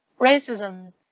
racism